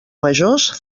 majors